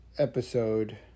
episode